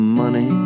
money